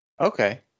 okay